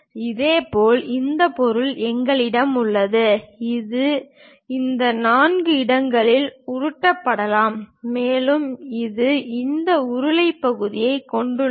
இதேபோல் இந்த பொருள் எங்களிடம் உள்ளது இது இந்த நான்கு இடங்களில் உருட்டப்படலாம் மேலும் இது இந்த உருளை பகுதியைக் கொண்டுள்ளது